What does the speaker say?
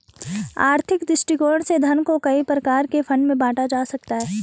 आर्थिक दृष्टिकोण से धन को कई प्रकार के फंड में बांटा जा सकता है